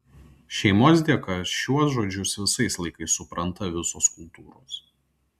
šeimos dėka šiuo žodžius visais laikais supranta visos kultūros